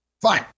Fine